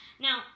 Now